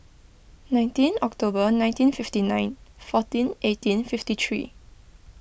nineteen October nineteen fifty nine fourteen eighteen fifty three